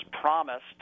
promised